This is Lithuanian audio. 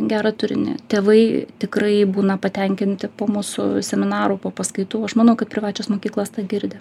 gerą turinį tėvai tikrai būna patenkinti po mūsų seminarų po paskaitų aš manau kad privačios mokyklos tą girdi